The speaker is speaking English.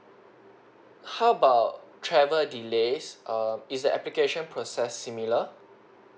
how about travel delays err is the application process similar